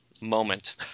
moment